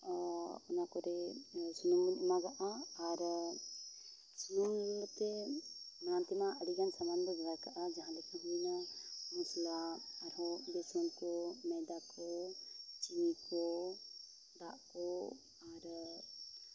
ᱚᱱᱟ ᱯᱚᱨᱮ ᱥᱩᱱᱩᱢ ᱵᱚᱱ ᱮᱢᱟᱜᱟ ᱟᱨ ᱥᱩᱱᱩᱢ ᱫᱩᱞ ᱠᱟᱛᱮ ᱱᱚᱣᱟ ᱛᱤᱱᱟᱹᱜ ᱟᱹᱰᱤ ᱜᱟᱱ ᱥᱟᱢᱟᱱ ᱵᱚᱱ ᱵᱮᱵᱚᱦᱟᱨ ᱠᱟᱜᱟ ᱡᱟᱦᱟᱸ ᱞᱮᱠᱟ ᱦᱩᱭᱱᱟ ᱢᱚᱥᱞᱟ ᱟᱨ ᱦᱚᱸ ᱵᱮᱥᱚᱱ ᱠᱚ ᱢᱚᱭᱫᱟ ᱠᱚ ᱪᱤᱱᱤ ᱠᱚ ᱫᱟᱜ ᱠᱚ ᱟᱨ